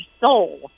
soul